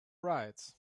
rights